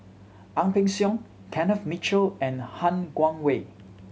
Ang Peng Siong Kenneth Mitchell and Han Guangwei